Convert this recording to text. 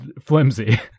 flimsy